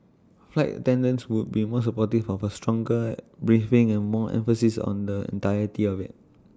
flight attendants would be supportive of A stronger briefing and more emphasis on the entirety of IT